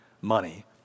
money